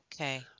Okay